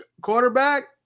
quarterback